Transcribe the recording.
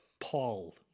Paul